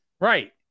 Right